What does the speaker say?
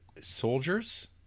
soldiers